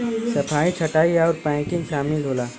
सफाई छंटाई आउर पैकिंग सामिल होला